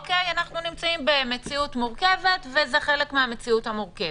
אנחנו נמצאים במציאות מורכבת וזה חלק מן המציאות המורכבת.